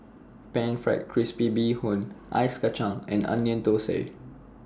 Pan Fried Crispy Bee Hoon Ice Kachang and Onion Thosai